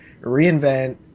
reinvent